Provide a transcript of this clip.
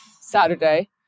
Saturday